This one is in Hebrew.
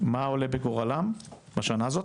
מה עולה בגורלם בשנה הזאת?